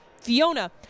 Fiona